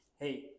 hey